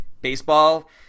baseball